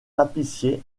tapissier